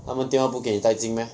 他们电话不可以带进 meh